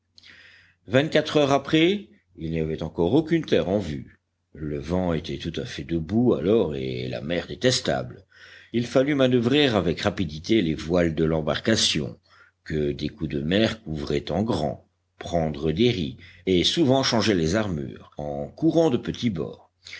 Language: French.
vingt-quatre heures après il n'y avait encore aucune terre en vue le vent était tout à fait debout alors et la mer détestable il fallut manoeuvrer avec rapidité les voiles de l'embarcation que des coups de mer couvraient en grand prendre des ris et souvent changer les amures en courant de petits bords